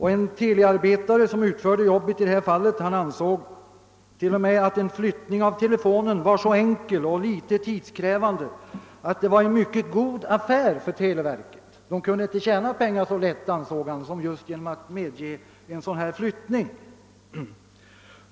Den telearbetare som i detta fall utförde arbetet ansåg t.o.m. att flyttningen av telefonen var så enkel och föga tidskrävande att den var en mycket god affär för televerket. Det kunde inte tjäna pengar så lätt, menade han, som just genom att medge en sådan flyttning.